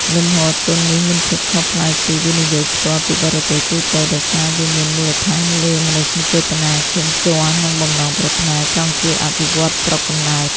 លំហូរទុននេះមានភាពខុសប្លែកពី វិនិយោគផ្ទាល់ពីបរទេស ទូទៅ ដោយសារវាមានមូលដ្ឋានលើ "មនោសញ្ចេតនាឈាមជ័រ" និងបំណងប្រាថ្នាចង់ជួយអភិវឌ្ឍស្រុកកំណើត។